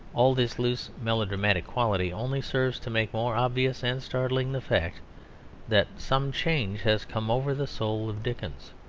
all this loose, melodramatic quality, only serves to make more obvious and startling the fact that some change has come over the soul of dickens.